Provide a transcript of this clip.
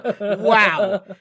Wow